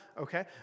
Okay